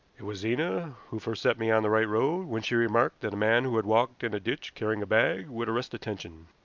it was zena who first set me on the right road when she remarked that a man who had walked in a ditch carrying a bag would arrest attention.